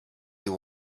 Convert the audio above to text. you